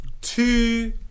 Two